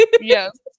Yes